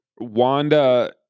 Wanda